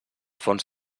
fons